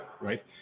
right